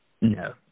No